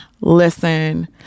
Listen